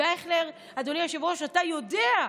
ואייכלר, אדוני היושב-ראש, אתה יודע,